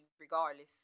regardless